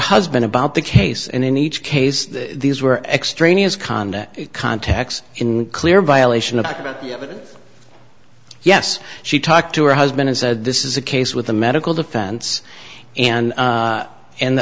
husband about the case and in each case these were extraneous cond contacts in clear violation of yes she talked to her husband and said this is a case with the medical defense and and the